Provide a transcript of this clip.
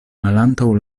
malantaŭ